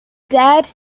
died